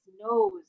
nose